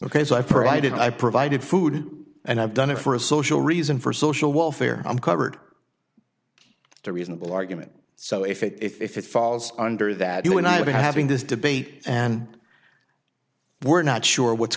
ok so i provided i provided food and i've done it for a social reason for social welfare i'm covered to reasonable argument so if it if it falls under that you would not be having this debate and we're not sure wh